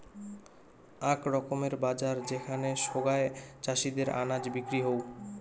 আক রকমের বাজার যেখানে সোগায় চাষীদের আনাজ বিক্রি হউ